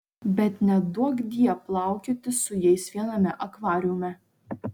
bet neduokdie plaukioti su jais viename akvariume